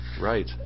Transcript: Right